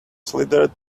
slithered